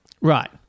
Right